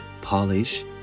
Polish